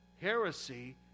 heresy